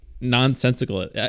nonsensical